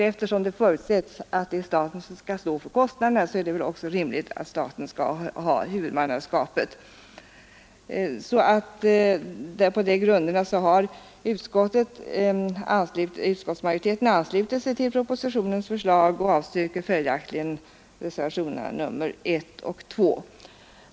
Eftersom det förutsätts att staten skall stå för kostnaderna är det också rimligt att staten skall ha huvudmannaskapet. På dessa grunder har utskottsmajoriteten anslutit sig till propositionens förslag och avstyrker följaktligen reservationerna 1 och 2.